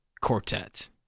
quartet